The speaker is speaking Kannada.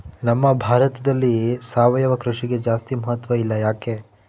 ನಮ್ಮ ಭಾರತದಲ್ಲಿ ಸಾವಯವ ಕೃಷಿಗೆ ಜಾಸ್ತಿ ಮಹತ್ವ ಇಲ್ಲ ಯಾಕೆ?